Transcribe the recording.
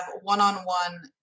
one-on-one